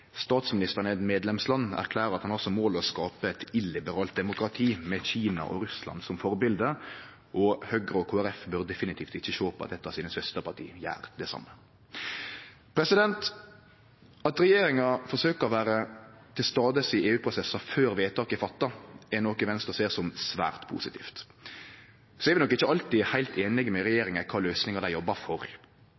statsministeren i eit medlemsland erklærer at han har som mål å skape eit illiberalt demokrati, med Kina og Russland som forbilde. Høgre og Kristeleg Folkeparti bør definitivt ikkje sjå på at eit av søsterpartia deira gjer det same. At regjeringa forsøkjer å vere til stades i EU-prosessar før vedtaka er gjorde, er noko Venstre ser på som svært positivt. Så er vi nok ikkje alltid heilt einige med